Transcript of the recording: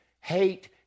Hate